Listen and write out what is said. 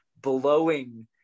blowing